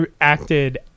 acted